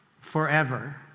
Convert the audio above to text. forever